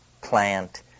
Plant